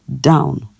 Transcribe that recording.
down